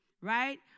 right